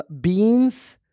beans